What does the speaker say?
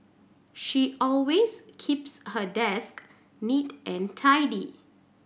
she always keeps her desk neat and tidy